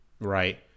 Right